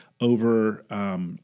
over –